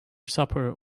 supper